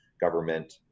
Government